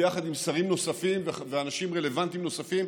ביחד עם שרים נוספים ואנשים רלוונטיים נוספים,